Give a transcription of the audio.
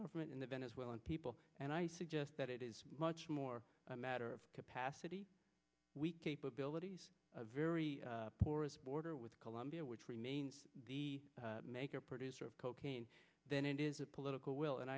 government and the venezuelan people and i suggest that it is much more a matter of capacity we capabilities a very porous border with colombia which remains the maker producer of cocaine then it is a political will and